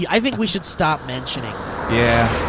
i think we should stop mentioning that. yeah,